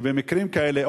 שבמקרים כאלה,